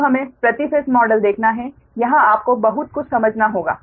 अब हमें प्रति फेस मॉडल देखना है यहां आपको बहुत कुछ समझना होगा